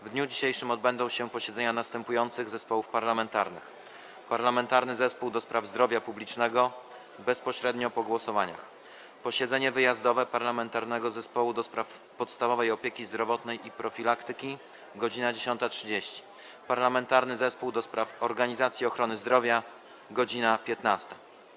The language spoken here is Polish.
W dniu dzisiejszym odbędą się posiedzenia następujących zespołów parlamentarnych: - Parlamentarnego Zespołu ds. zdrowia publicznego - bezpośrednio po zakończeniu głosowań, - wyjazdowe posiedzenie Parlamentarnego Zespołu ds. Podstawowej Opieki Zdrowotnej i Profilaktyki - godz. 10.30, - Parlamentarnego Zespołu ds. Organizacji Ochrony Zdrowia - godz. 15.